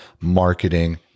marketing